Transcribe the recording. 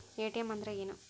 ATM ಅಂದ್ರ ಏನು?